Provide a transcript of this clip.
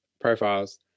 profiles